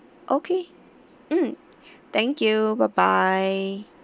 okay mm thank you bye bye